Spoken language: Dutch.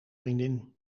vriendin